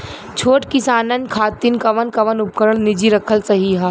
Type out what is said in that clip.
छोट किसानन खातिन कवन कवन उपकरण निजी रखल सही ह?